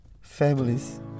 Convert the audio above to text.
families